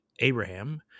Abraham